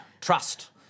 trust